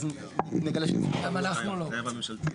זה יספיק,